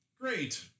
great